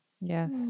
yes